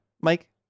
Mike